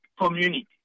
community